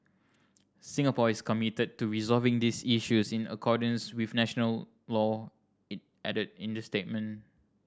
Singapore is committed to resolving these issues in accordance with international law it added in the statement